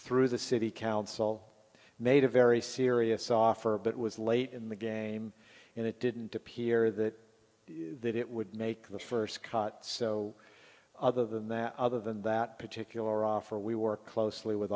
through the city council made a very serious offer but it was late in the game and it didn't appear that that it would make the first caught so other than that other than that particular offer we work closely with